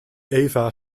eva